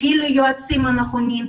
יפעילו את היועצים הנכונים,